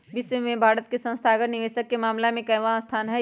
विश्व में भारत के संस्थागत निवेशक के मामला में केवाँ स्थान हई?